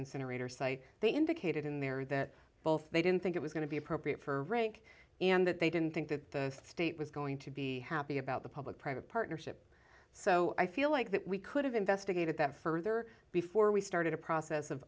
incinerator site they indicated in there that both they didn't think it was going to be appropriate for rank and that they didn't think that the state was going to be happy about the public private partnership so i feel like that we could have investigated that further before we started a process of